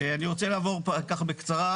אני רוצה לעבור ככה בקצרה,